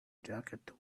jacket